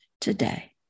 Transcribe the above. today